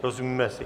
Rozumíme si?